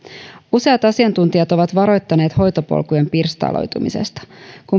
useat asiantuntijat ovat varoittaneet hoitopolkujen pirstaloitumisesta kun